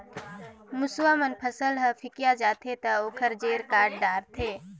मूसवा मन फसल ह फिकिया जाथे त ओखर जेर काट डारथे